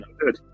good